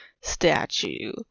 statue